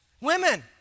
women